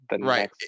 Right